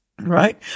right